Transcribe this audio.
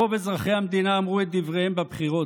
רוב אזרחי המדינה אמרו את דבריהם בבחירות.